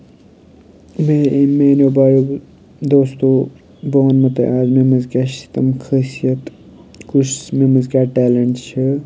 مےٚ أمۍ میٛانیو بایو دوستو بہٕ وَنمو تۄہہِ آز مےٚ منٛز کیاہ چھِ تِم خٲصیت کُس مےٚ منٛز کیاہ ٹیلنٹ چھِ